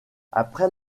après